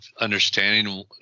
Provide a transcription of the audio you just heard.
understanding